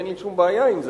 אין לי שום בעיה עם זה,